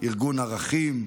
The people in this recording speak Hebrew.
ארגון ערכים,